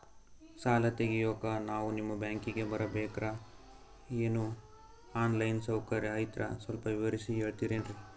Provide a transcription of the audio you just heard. ಸಾಲ ತೆಗಿಯೋಕಾ ನಾವು ನಿಮ್ಮ ಬ್ಯಾಂಕಿಗೆ ಬರಬೇಕ್ರ ಏನು ಆನ್ ಲೈನ್ ಸೌಕರ್ಯ ಐತ್ರ ಸ್ವಲ್ಪ ವಿವರಿಸಿ ಹೇಳ್ತಿರೆನ್ರಿ?